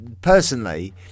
Personally